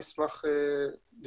אני אשמח להשתתף.